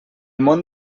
món